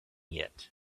yet